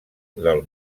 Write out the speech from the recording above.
del